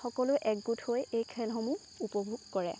সকলোৱে এক গোট হৈ এই খেলসমূহ উপভোগ কৰে